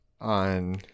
on